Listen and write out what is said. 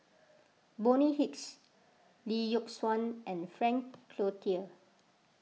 Bonny Hicks Lee Yock Suan and Frank Cloutier